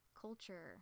culture